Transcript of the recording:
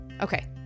Okay